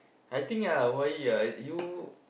I think ah why you're you